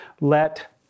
Let